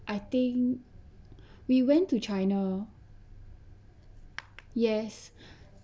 I think we went to china yes